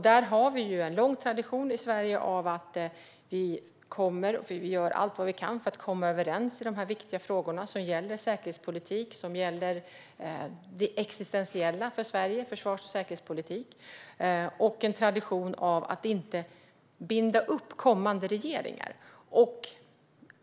Där finns en lång tradition i Sverige att göra allt vad vi kan för att komma överens i dessa viktiga frågor som gäller det existentiella för Sverige i fråga om försvars och säkerhetspolitik. Vidare finns en tradition av att inte binda kommande regeringar.